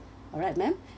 alright ma'am